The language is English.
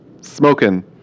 Smoking